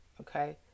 okay